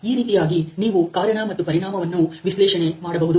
ಈ ರೀತಿಯಾಗಿ ನೀವು ಕಾರಣ ಮತ್ತು ಪರಿಣಾಮವನ್ನು ವಿಶ್ಲೇಷಣೆ ಮಾಡಬಹುದು